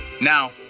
Now